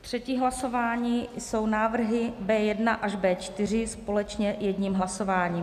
Třetí hlasování jsou návrhy B1 až B4 společně jedním hlasováním.